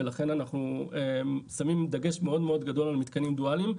ולכן אנחנו שמים דגש מאוד גדול על מתקנים דואליים,